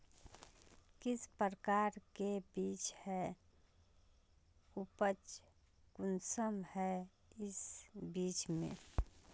किस प्रकार के बीज है उपज कुंसम है इस बीज में?